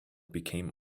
became